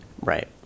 Right